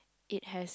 it has